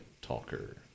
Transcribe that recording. talker